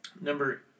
Number